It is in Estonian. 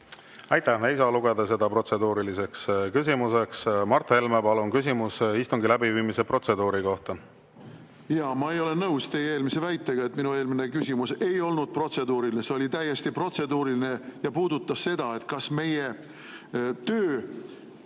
Aitäh! Ei saa lugeda seda protseduuriliseks küsimuseks. Mart Helme, palun, küsimus istungi läbiviimise protseduuri kohta! Ma ei ole nõus teie väitega, et minu eelmine küsimus ei olnud protseduuriline. See oli täiesti protseduuriline ja puudutas seda, kas meie töö